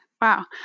Wow